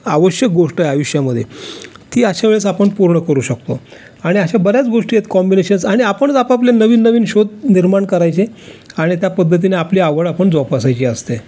आवश्यक गोष्ट आहे आयुष्यामध्ये ती अशा वेळेस आपण पूर्ण करू शकतो आणि अशा बऱ्याच गोष्टी आहेत कॉम्बिनेशन्स आणि आपणच आपापले नवीन नवीन शोध निर्माण करायचे आणि त्या पद्धतीने आपली आवड आपण जोपासायची असते